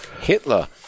hitler